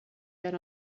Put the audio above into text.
yet